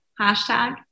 hashtag